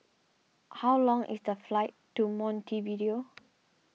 how long is the flight to Montevideo